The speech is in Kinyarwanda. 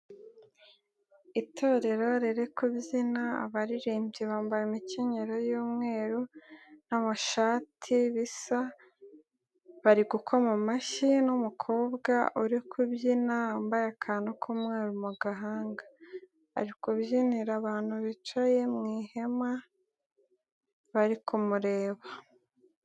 Itorero riri kubyina, abaririmbyi bambaye imikenyero y'umweru n'amashati bisa, bari gukoma amashyi n'umukobwa uri kubyina wambaye akantu k'umweru mu gahanga. Ari kubyinira abantu bicaye mu ihema, bari kumureba.